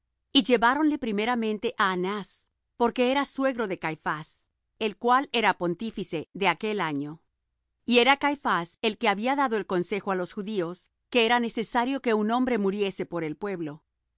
y lleváronle primeramente á anás porque era suegro de caifás el cual era pontífice de aquel año y era caifás el que había dado el consejo á los judíos que era necesario que un hombre muriese por el pueblo